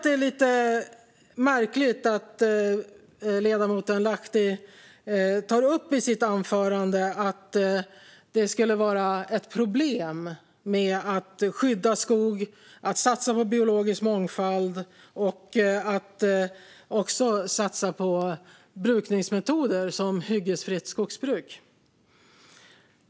Det är lite märkligt att ledamoten Lahti i sitt anförande tar upp att det skulle vara problem med att skydda skog, att satsa på biologisk mångfald och att satsa på brukningsmetoder som hyggesfritt skogsbruk.